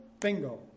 bingo